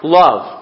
love